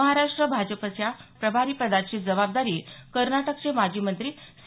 महाराष्ट्र भाजपच्या प्रभारीपदाची जबाबदारी कर्नाटकचे माजी मंत्री सी